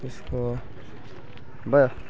त्यसको भयो